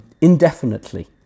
indefinitely